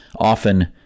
often